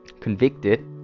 convicted